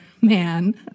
man